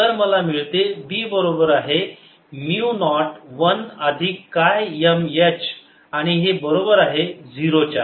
तर मला मिळते B बरोबर म्यु नॉट 1 अधिक काय M H आणि हे बरोबर आहे 0 च्या